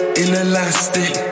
inelastic